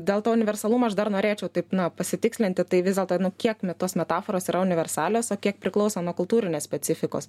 dėl to universalumo aš dar norėčiau taip na pasitikslinti tai vis dėlto nu kiek tos metaforos yra universalios o kiek priklauso nuo kultūrinės specifikos